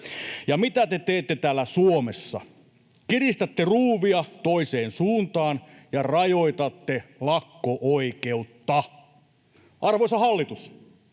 Ja mitä te teette täällä Suomessa? Kiristätte ruuvia toiseen suuntaan ja rajoitatte lakko-oikeutta. Arvoisa hallitus,